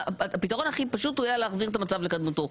הפתרון הכי פשוט היה להחזיר את המצב לקדמותו,